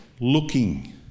looking